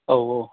औ औ